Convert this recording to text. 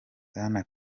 bwana